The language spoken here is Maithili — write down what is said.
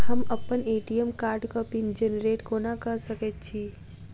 हम अप्पन ए.टी.एम कार्डक पिन जेनरेट कोना कऽ सकैत छी?